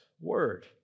word